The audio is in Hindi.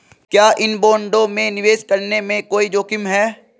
क्या इन बॉन्डों में निवेश करने में कोई जोखिम है?